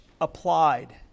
applied